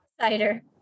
Cider